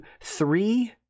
three